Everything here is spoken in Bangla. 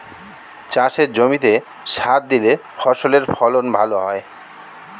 চাষের জমিতে সার দিলে ফসলের ফলন ভালো হয়